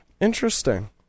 Interesting